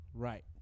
Right